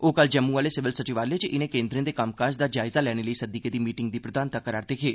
ओह कल जम्मू आह्ले सिविल सचिवालय च इनें केन्द्रें दे कम्मकाज दा जायजा लैने लेई सद्दी गेदी मीटिंग दी प्रधानता करा'रदे हे